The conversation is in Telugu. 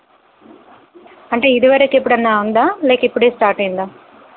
అంటే ఇదివరకు ఎప్పుడైనా ఉందా లేక ఇప్పుడే స్టార్ట్ అయిందా